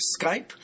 Skype